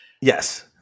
Yes